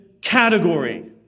category